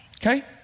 okay